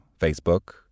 Facebook